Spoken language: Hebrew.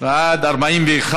1 2 נתקבלו.